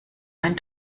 ein